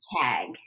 tag